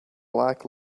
black